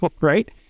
right